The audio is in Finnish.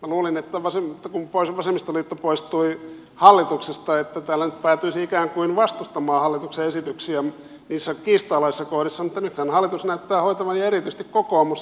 minä luulin että kun vasemmistoliitto poistui hallituksesta niin täällä nyt päätyisi ikään kuin vastustamaan hallituksen esityksiä niissä kiistanalaisissa kohdissa mutta nythän hallitus näyttää hoitavan ja erityisesti kokoomus sen itse